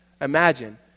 Imagine